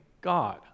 God